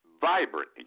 vibrant